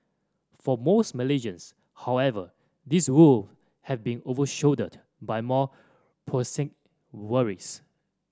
for most Malaysians however these woes have been overshadowed by more prosaic worries